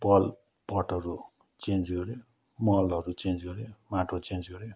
बल पटहरू चेन्ज गऱ्यो मलहरू चेन्ज गऱ्यो माटो चेन्ज गऱ्यो